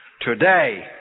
today